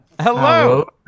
Hello